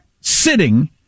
sitting